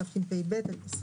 תשפ"ב-2021.